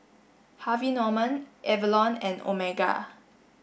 Harvey Norman Avalon and Omega